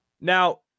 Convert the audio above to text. Now